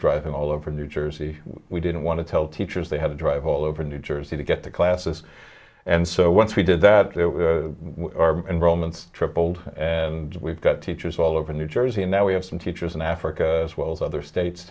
driving all over new jersey we didn't want to tell teachers they had to drive all over new jersey to get the classes and so once we did that enrollment tripled and we've got teachers all over new jersey and now we have some teachers in africa as well as other states